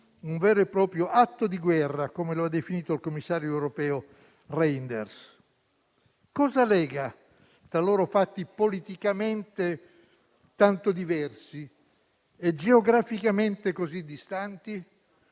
un vero e proprio atto di guerra, come lo ha definito il commissario europeo Reynders. Cosa lega tra loro fatti politicamente tanto diversi e geograficamente così distanti?